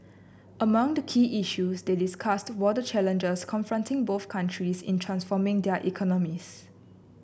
among the key issues they discussed were the challenges confronting both countries in transforming their economies